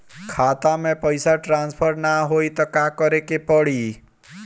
खाता से पैसा टॉसफर ना होई त का करे के पड़ी?